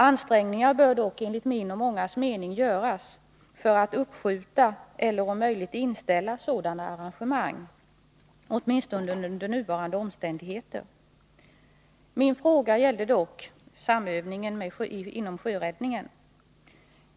Ansträngningar bör dock enligt min och mångas mening göras för att uppskjuta eller om möjligt inställa sådana arrangemang, åtminstone under nuvarande omständigheter. Min fråga gällde dock samövningen inom sjöräddningen.